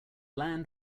land